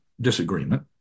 disagreement